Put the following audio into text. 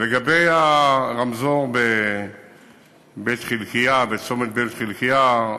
לגבי הרמזור בבית-חלקיה, בצומת בית-חלקיה: